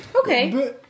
Okay